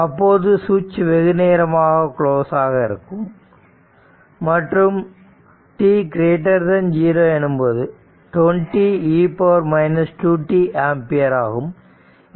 அப்போது சுவிட்ச் வெகுநேரமாக க்ளோஸ் ஆக இருக்கும் மற்றும் t 0 எனும்போது 20 e 2t ஆம்பியர் ஆகும்